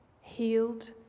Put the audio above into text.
healed